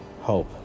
Hope